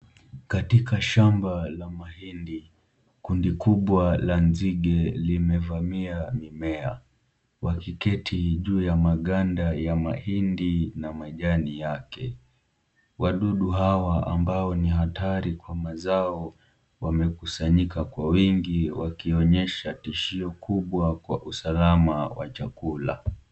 Katika shamba la mahindi, kundi kubwa la nzige limevamia mimea, Wakiketi juu ya maganda ya mahindi na majani yake. Wadudu hawa ambao ni hatari kwa mazao wamekusanyika kwa wingi wakionyesha tishio kubwa kwa usalama wa chakula.